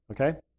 Okay